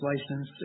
license